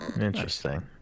Interesting